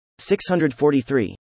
643